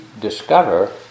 discover